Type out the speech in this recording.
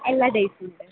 എല്ലാ ഡേയ്സും ഉണ്ട്